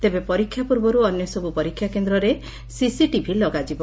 ତେବେ ପରୀକ୍ଷା ପୂର୍ବରୁ ଅନ୍ୟସବୁ ପରୀକ୍ଷା କେନ୍ଦରେ ସିସିଟିଭି ଲାଗିଯିବ